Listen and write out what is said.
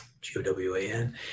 G-O-W-A-N